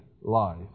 life